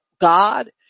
God